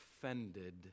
offended